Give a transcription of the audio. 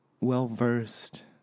well-versed